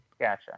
Gotcha